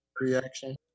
reaction